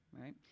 right